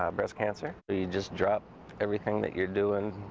um breast cancer, the just dropped everything that you're doing.